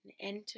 enter